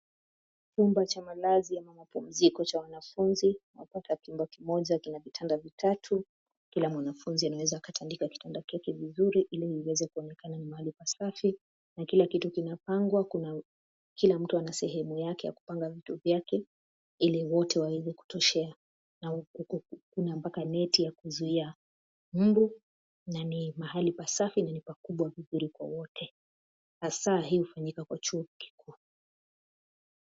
Chumba cha malazi ama mapumziko cha wanafunzi. Unapata chumba kimoja kina vitanda vitatu. Kila mwanafunzi anaweza akatandika kitanda chake vizuri, ili iweze kuonekana ni mahali pasafi. Na kila kitu kinapangwa. Kuna kila mtu ana sehemu yake ya kupanga vitu vyake, ili wote waweze kutoshea. Na kuna mpaka neti ya kuzuia mbu, na ni mahali pasafi na ni pakubwa vizuri kwa wote. Hasaa hii hufanyika kwa chuo kikuu.